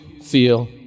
feel